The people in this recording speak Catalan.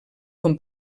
com